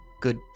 good